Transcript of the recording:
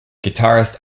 guitarist